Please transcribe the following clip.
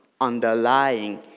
underlying